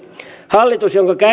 hallitus jonka